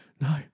No